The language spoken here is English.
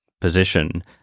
position